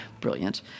brilliant